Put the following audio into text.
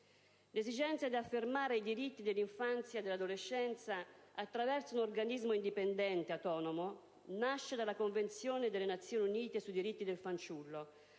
L'esigenza di affermare i diritti dell'infanzia e dell'adolescenza, attraverso un organismo indipendente e autonomo, nasce dalla Convenzione delle Nazioni Unite sui diritti del fanciullo,